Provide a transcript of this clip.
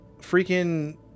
freaking